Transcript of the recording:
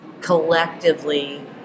collectively